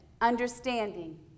understanding